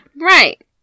Right